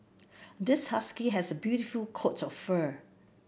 this husky has a beautiful coat of fur